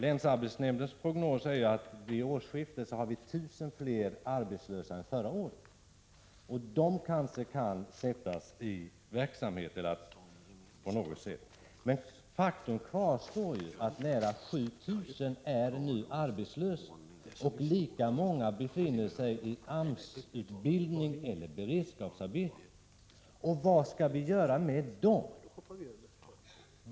Länsarbetsnämndens prognos är att vi vid årsskiftet skall ha 1 000 fler arbetslösa än förra året. De kanske kan sättas i verksamhet på något sätt. Men faktum kvarstår att nära 7 000 är arbetslösa nu och lika många befinner sig i AMS-utbildning eller beredskapsarbete. Vad skall vi göra med dem?